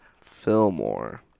Fillmore